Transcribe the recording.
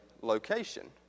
location